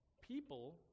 people